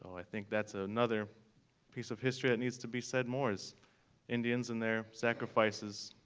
i think that's another piece of history that needs to be said more is indians and their sacrifices,